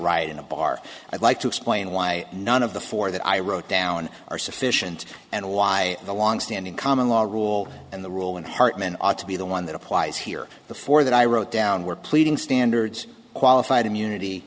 in a bar i'd like to explain why none of the four that i wrote down are sufficient and why the long standing common law rule and the rule and hartman ought to be the one that applies here before that i wrote down were pleading standards qualified immunity